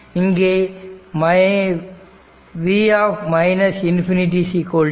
இங்கே v ∞ 0 ஆகும்